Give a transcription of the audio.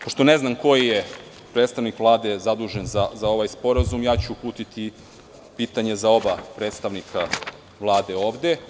Pošto ne znam koji je predstavnik Vlade zadužen za ovaj sporazum, uputiću pitanje za oba predstavnika Vlade ovde.